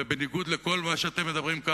בניגוד לכל מה שאתם אומרים כאן,